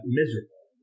miserable